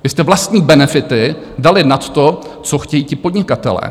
Vy jste vlastní benefity dali nad to, co chtějí ti podnikatelé.